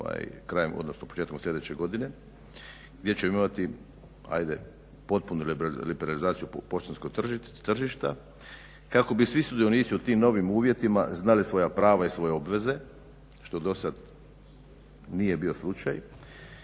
odnosno početkom sljedeće godine gdje ćemo imati ajde potpunu liberalizaciju poštanskog tržišta kako bi svi sudionici u tim novim uvjetima znali svoja prava i svoje obveze što dosad nije bio slučaj,